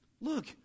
Look